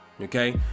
okay